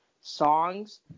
songs